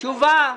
תשובה.